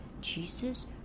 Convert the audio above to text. Jesus